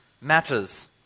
matters